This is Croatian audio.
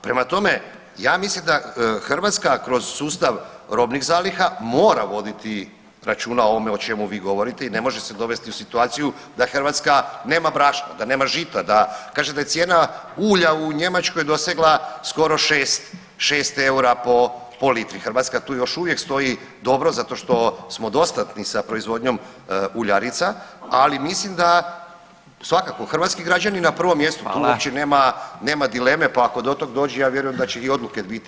Prema tome, ja mislim da Hrvatska kroz sustav robnih zaliha mora voditi računa o ovome o čemu vi govorite i ne može se dovesti u situaciju da Hrvatska nema brašna, nema žita, da kaže da je cijena ulja u Njemačkoj dosegla skoro šest eura po litri, Hrvatska tu još uvijek stoji dobro zato što smo dostatni sa proizvodnjom uljarica, ali mislim da svakako hrvatski građani na prvom mjestu [[Upadica Radin: Hvala.]] tu uopće nema dileme, pa ako do tog dođe ja vjerujem da će i odluke biti